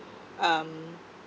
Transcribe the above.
um